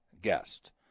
guest